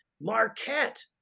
Marquette